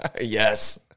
Yes